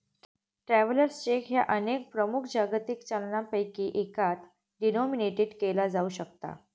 travellers cheque ह्या अनेक प्रमुख जागतिक चलनांपैकी एकात डिनोमिनेटेड केला जाऊ शकता